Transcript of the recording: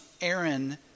Aaron